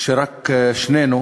שרק שנינו